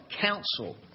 counsel